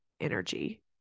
energy